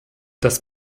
das